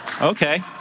Okay